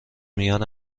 میان